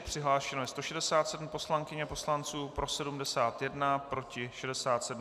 Přihlášeno je 167 poslankyň a poslanců, pro 71, proti 67.